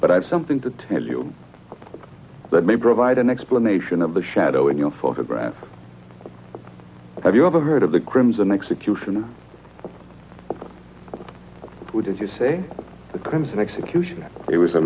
but i have something to tell you that may provide an explanation of the shadow in your photographs have you ever heard of the crimson execution would you say the crimes and execution it was a